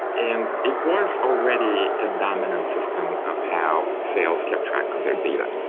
and it was already a dominant system of how sales kept track of their data.